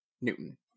Newton